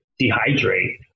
dehydrate